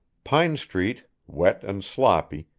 pine street, wet and sloppy,